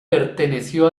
perteneció